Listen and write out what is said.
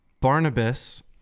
Barnabas